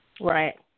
Right